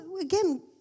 again